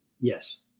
Yes